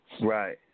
Right